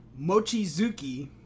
Mochizuki